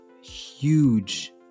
huge